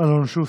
אלון שוסטר.